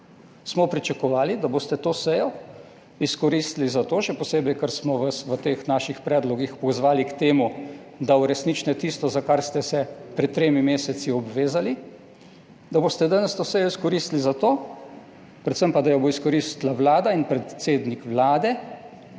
smo pričakovali, da boste to sejo izkoristili za to, še posebej ker smo vas v teh naših predlogih pozvali k temu, da uresničite tisto, za kar ste se pred tremi meseci obvezali, da boste danes to sejo izkoristili za to, predvsem pa, da jo bo izkoristila Vlada in predsednik Vlade,